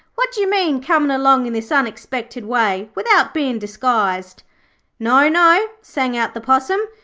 what d'you mean, comin' along in this unexpected way without bein' disguised no, no sang out the possum.